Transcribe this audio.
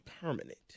permanent